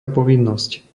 povinnosť